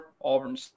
Auburn